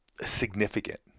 significant